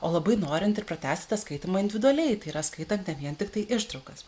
o labai norint ir pratęsite tą skaitymą individualiai tai yra skaitant ne vien tiktai ištraukas